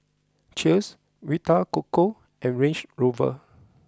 Cheers Vita Coco and Range Rover